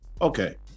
okay